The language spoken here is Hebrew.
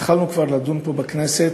התחלנו כבר לדון פה בכנסת